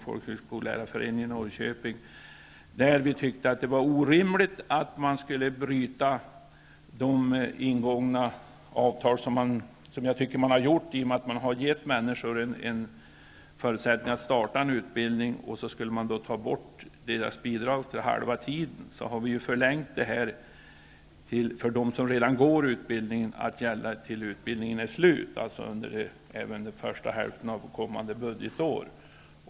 Folkhögskollärarföreningen i Norrköping tog utskottet ett initiativ. Vi i utskottet tyckte att det var orimligt att ingångna avtal skulle brytas. Det är ju vad som händer när människor har fått en förutsättning att påbörja en utbildning och bidraget sedan tas bort efter halva studietiden. Därför har utskottet tillstyrkt en förlängning av bidraget för dem som redan går utbildningen till dess utbildningen är avslutad, dvs. även under första hälften av kommande budgetår.